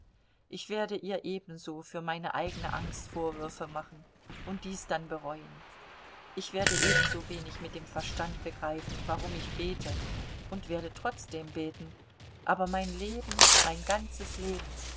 ich werde ihr ebenso für meine eigene angst vorwürfe machen und dies dann bereuen ich werde ebensowenig mit dem verstand begreifen warum ich bete und werde trotzdem beten aber mein leben mein ganzes leben